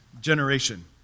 generation